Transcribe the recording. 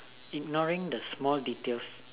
ignoring the small details